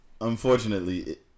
Unfortunately